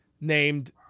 named